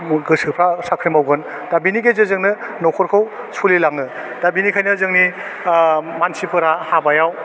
गोसोफ्रा साख्रि मावगोन दा बिनि गेजेरजोंनो नखरखौ सलिलाङो दा बिनिखायनो जोंनि आह मानसिफोरा हाबायाव